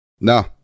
No